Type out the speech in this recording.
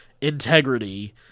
integrity